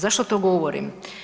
Zašto to govorim?